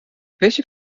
welche